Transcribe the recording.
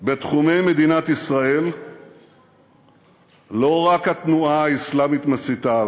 בתחומי מדינת ישראל לא רק התנועה האסלאמית מסיתה.